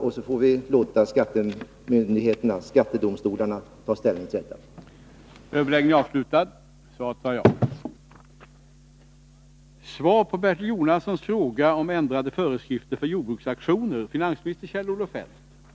Vi får t. v. låta skattedomstolarna ta ställning i frågor av det här slaget.